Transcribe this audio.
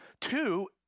Two